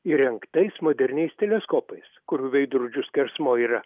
įrengtais moderniais teleskopais kurių veidrodžių skersmuo yra